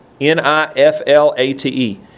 N-I-F-L-A-T-E